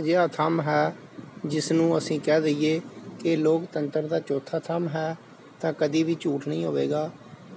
ਅਜਿਹਾ ਥੰਮ ਹੈ ਜਿਸ ਨੂੰ ਅਸੀਂ ਕਹਿ ਦਈਏ ਇਹ ਲੋਕਤੰਤਰ ਦਾ ਚੌਥਾ ਥਮ ਹੈ ਤਾਂ ਕਦੀ ਵੀ ਝੂਠ ਨਹੀਂ ਹੋਵੇਗਾ